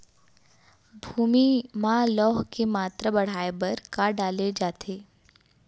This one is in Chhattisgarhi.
भूमि मा लौह के मात्रा बढ़ाये बर का डाले जाये?